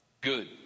Good